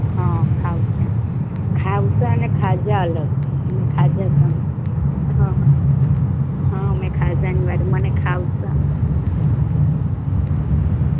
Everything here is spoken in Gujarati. હ ખાઉસા ખાઉસા અને ખાજા અલગ મેં ખાજા ખાજા હ મેં ખાજાની વાર મને ખાઉસા